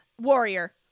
warrior